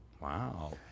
Wow